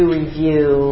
review